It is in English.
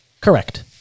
Correct